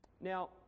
Now